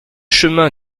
chemin